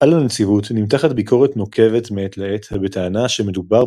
על הנציבות נמתחת ביקורת נוקבת מעת לעת בטענה שמדובר